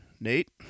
Nate